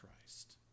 Christ